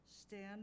Stand